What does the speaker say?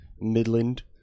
midland